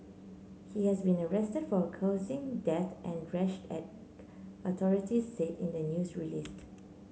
he has been arrested for causing death and rash act authorities said in a news release